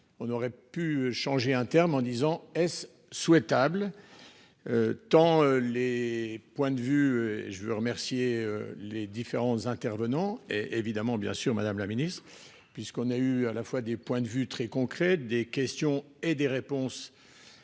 On aurait pu changer un terme en disant est-ce souhaitable. Tant les points de vue. Je veux remercier les différents intervenants et évidemment bien sûr Madame la Ministre puisqu'on a eu à la fois des points de vue très concret des questions et des réponses.